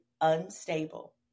unstable